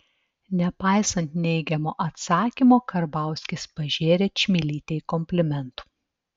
nepaisant neigiamo atsakymo karbauskis pažėrė čmilytei komplimentų